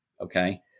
Okay